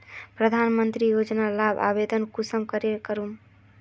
प्रधानमंत्री योजना लार आवेदन कुंसम करे करूम?